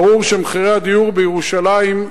ברור שמחירי הדיור בירושלים,